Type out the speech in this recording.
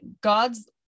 god's